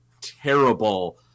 terrible